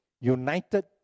united